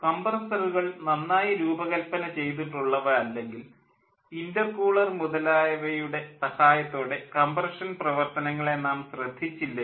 കംപ്രസ്സറുകൾ നന്നായി രൂപകൽപ്പന ചെയ്തിട്ടുള്ളവ അല്ലെങ്കിൽ ഇൻ്റർകൂളർ മുതലായവയുടെ സഹായത്തോടെ കംപ്രഷൻ പ്രവർത്തനങ്ങളെ നാം ശ്രദ്ധിച്ചില്ലെങ്കിൽ